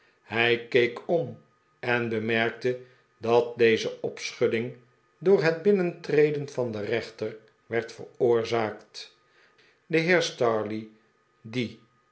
hij keek om en bemerkte dat deze opschudding door het binnentreden van den rechter werd veroorzaakt de heer stareleigh die